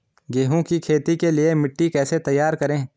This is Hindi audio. गेहूँ की खेती के लिए मिट्टी कैसे तैयार करें?